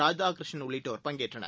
ராதாகிருஷ்ணனனஉள்ளிட்டோர் பங்கேற்றனர்